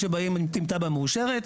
כשבאים עם תב"ע מאושרת,